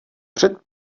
před